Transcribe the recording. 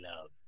love